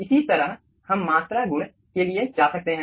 इसी तरह हम मात्रा गुण के लिए जा सकते हैं